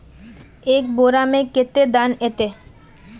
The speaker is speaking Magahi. एक बोड़ा में कते दाना ऐते?